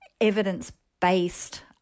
evidence-based